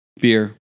beer